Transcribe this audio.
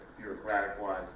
bureaucratic-wise